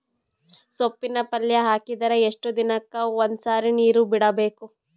ಸೊಪ್ಪಿನ ಪಲ್ಯ ಹಾಕಿದರ ಎಷ್ಟು ದಿನಕ್ಕ ಒಂದ್ಸರಿ ನೀರು ಬಿಡಬೇಕು?